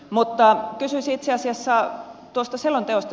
mutta kysyisin itse asiassa selonteosta